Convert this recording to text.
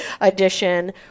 edition